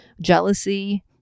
jealousy